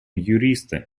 юриста